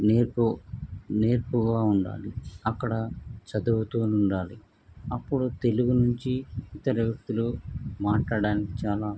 నేర్పొ నేర్పుగా ఉండాలి అక్కడ చదువుతూ ఉండాలి అప్పుడు తెలుగు నుంచి ఇతర వ్యక్తులు మాట్లాడానికి చాలా